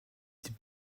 des